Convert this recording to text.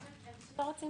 הם לא רוצים